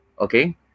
Okay